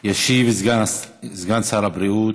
ישיב סגן שר הבריאות